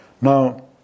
Now